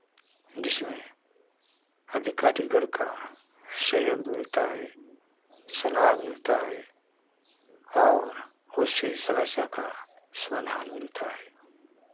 जिसमें अधिकारी वर्ग का सहयोग मिलता है सलाह मिलता है उससे समस्या का समाधान मिलता है